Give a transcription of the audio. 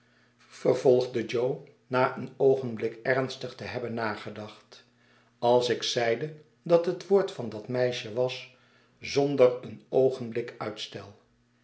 vervolgde jo na een oogenblik ernstig te hebben nagedacht als ik zeide dat het woord van dat meisje was zonder een oogenblik uitstel